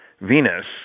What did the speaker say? Venus